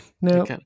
No